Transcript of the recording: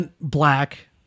black